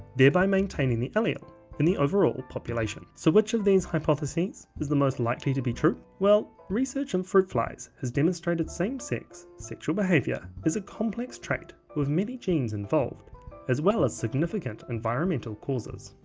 thereby maintaining the allele in the overall population. so which of these hypothesis is the most likely to be true. well, research in fruit flies has demonstrated same-sex sexual behavior is a complex trait with many genes involved as well as significant environmental causes.